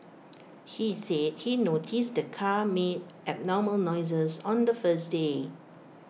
he said he noticed the car made abnormal noises on the first day